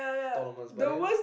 tournaments but then